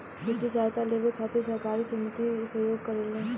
वित्तीय सहायता लेबे खातिर सहकारी समिति सहयोग करेले